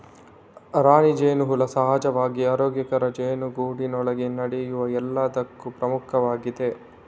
ರಾಣಿ ಜೇನುಹುಳ ಸಹಜವಾಗಿ ಆರೋಗ್ಯಕರ ಜೇನುಗೂಡಿನೊಳಗೆ ನಡೆಯುವ ಎಲ್ಲದಕ್ಕೂ ಪ್ರಮುಖವಾಗಿದೆ